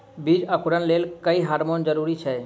बीज अंकुरण लेल केँ हार्मोन जरूरी छै?